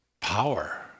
Power